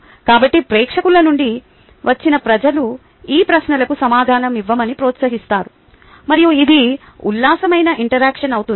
కాబట్టి ప్రేక్షకుల నుండి వచ్చిన ప్రజలు ఈ ప్రశ్నలకు సమాధానం ఇవ్వమని ప్రోత్సహిస్తారు మరియు ఇది ఉల్లాసమైన ఇంటరాక్షన్ అవుతుంది